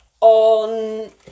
on